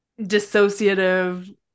dissociative